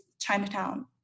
Chinatown